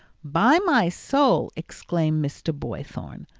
by my soul, exclaimed mr. boythorn,